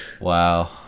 Wow